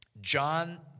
John